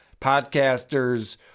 Podcasters